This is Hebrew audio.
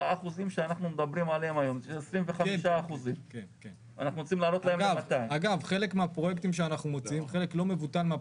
ה 4% שאנחנו מדברים עליהם היום זה 25%. אנחנו רוצים להעלות להם ל 200. כן.